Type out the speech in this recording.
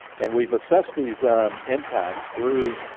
and we've assessed these impacts through